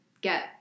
get